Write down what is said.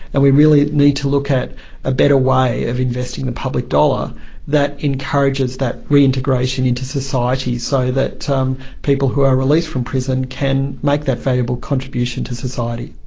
and we really need to look at a better way of investing the public dollar that encourages that reintegration into society so that um people who are released from prison can make that valuable contribution to society.